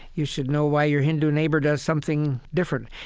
you should know why your hindu neighbor does something different.